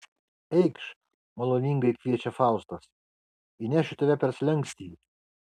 eikš maloningai kviečia faustas įnešiu tave per slenkstį